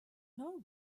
know